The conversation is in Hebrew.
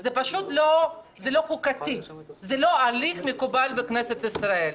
זה פשוט לא חוקתי, וזה לא הליך מקובל בכנסת ישראל.